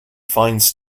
finds